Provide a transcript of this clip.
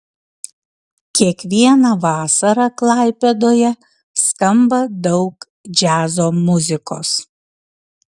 kiekvieną vasarą klaipėdoje skamba daug džiazo muzikos